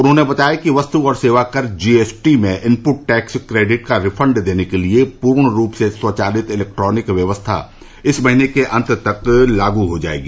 उन्होंने बताया कि वस्त और सेवाकर जी एस टी में इनपुट टैक्स क्रेडिट का रिफंड देने के लिए पूर्ण रूप से स्वचालित इलेक्ट्रॉनिक व्यवस्था इस महीने के अंत तक लागू हो जाएगी